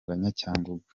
banyacyangugu